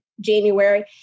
January